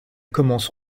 commence